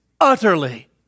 utterly